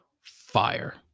fire